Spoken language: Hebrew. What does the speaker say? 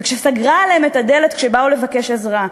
וכשסגרה עליהם את הדלת כשבאו לבקש עזרה.